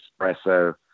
espresso